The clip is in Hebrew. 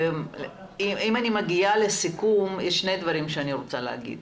אם אני מגיעה לסיכום יש שני דברים שאני רוצה להגיד.